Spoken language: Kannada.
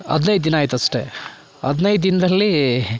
ಹದಿನೈದು ದಿನ ಆಯ್ತು ಅಷ್ಟೆ ಹದಿನೈದು ದಿನದಲ್ಲಿ